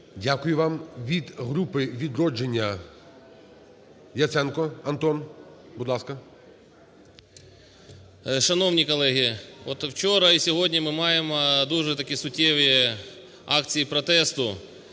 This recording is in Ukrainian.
Дякую вам. Від групи "Відродження" Яценко Антон, будь ласка. 10:29:55 ЯЦЕНКО А.В. Шановні колеги, от вчора і сьогодні ми маємо дуже такі суттєві акції протесту.